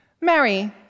Mary